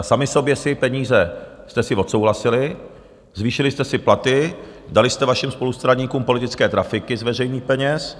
Sami sobě peníze jste si odsouhlasili, zvýšili jste si platy, dali jste vašim spolustraníkům politické trafiky, z veřejných peněz.